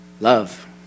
Love